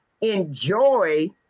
enjoy